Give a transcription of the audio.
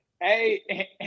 Hey